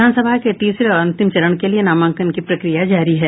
विधानसभा के तीसरे और अंतिम चरण के लिए नामांकन की प्रक्रिया जारी है